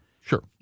Sure